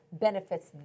benefits